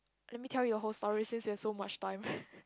let me tell you a whole story since you have so much time